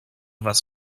was